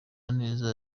neza